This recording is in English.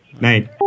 Night